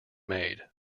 made